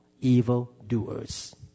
evildoers